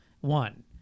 One